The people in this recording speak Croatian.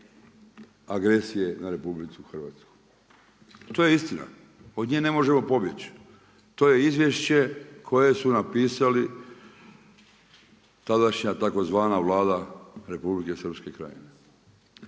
agresije na RH. To je istina, od nje ne možemo pobjeći. To je izvješće koje su napisali, tadašnja tzv. Vlada Republike Srpske Krajine.